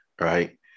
Right